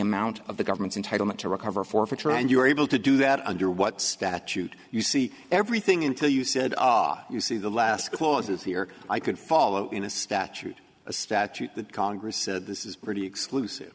amount of the government's entitle not to recover forfeiture and you are able to do that under what statute you see everything until you said you see the last clause is here i could follow in a statute a statute that congress said this is pretty exclusive